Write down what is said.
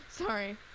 Sorry